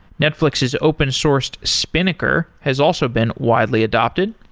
netflix's open sourced spinnaker has also been widely adopted.